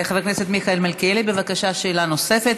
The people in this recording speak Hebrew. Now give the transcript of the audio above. חבר הכנסת מיכאל מלכיאלי, בקשה, שאלה נוספת.